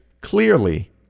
clearly